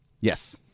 Yes